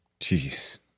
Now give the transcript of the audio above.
Jeez